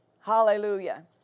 Hallelujah